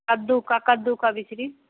कद्दू का कद्दू बिक्री